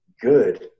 good